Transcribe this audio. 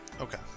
Okay